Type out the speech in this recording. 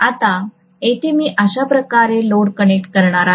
आता येथे मी अशा प्रकारे लोड कनेक्ट करणार आहे